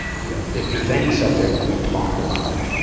you know, if there's any subject we've talked about,